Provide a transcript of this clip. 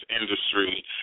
industry